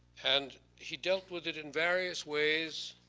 and he dealt with it in various ways,